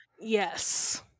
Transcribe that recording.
Yes